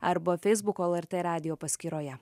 arba feisbuko lrt radijo paskyroje